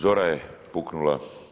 Zora je puknula.